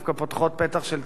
דווקא פותחות פתח של תקווה,